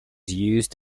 used